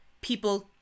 people